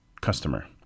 customer